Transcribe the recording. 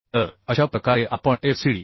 तर अशा प्रकारे आपण FCD